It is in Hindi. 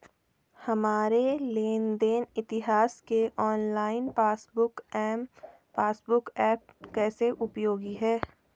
हमारे लेन देन इतिहास के online passbook M passbook app कैसे उपयोगी है?